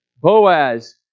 Boaz